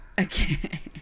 Okay